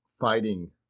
fighting